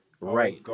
Right